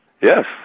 Yes